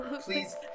Please